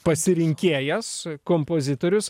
pasirinkėjas kompozitorius